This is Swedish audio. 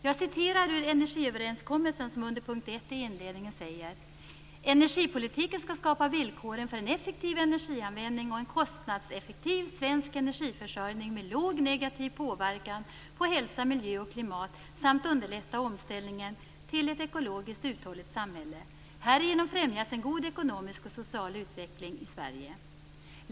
Jag citerar ur energiöverenskommelsen som under punkt 1 i inledningen säger: "Energipolitiken skall skapa villkoren för en effektiv energianvändning och en kostnadseffektiv svensk energiförsörjning med låg negativ påverkan på hälsa, miljö och klimat samt underlätta omställningen till ett ekologiskt uthålligt samhälle. Härigenom främjas en god ekonomisk och social utveckling i Sverige."